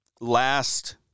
last